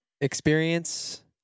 experience